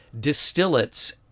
distillates